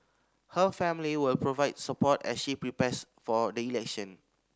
her family will provide support as she prepares for the election